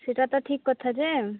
ସେଇଟା ତ ଠିକ୍ କଥା ଯେ